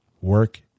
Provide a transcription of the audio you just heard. work